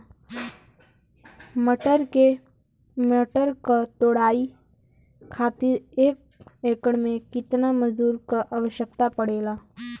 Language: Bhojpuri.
मटर क तोड़ाई खातीर एक एकड़ में कितना मजदूर क आवश्यकता पड़ेला?